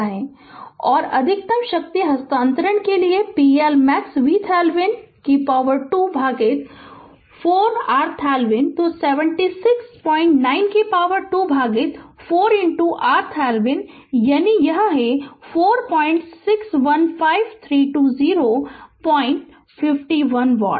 तो और अधिकतम शक्ति हस्तांतरण के लिए pLmax VThevenin 2 भागित 4 RThevenin तो 769 2 भागित 4 RThevenin यानी is 4615 32051 वाट